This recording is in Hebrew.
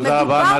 תודה רבה.